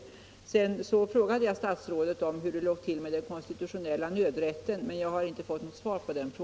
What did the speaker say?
Jag ställde vidare en fråga till statsrådet om den konstitutionella nödrätten, som jag inte fått något svar på.